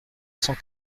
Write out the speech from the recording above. cent